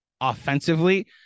offensively